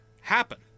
happen